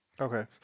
Okay